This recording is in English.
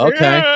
Okay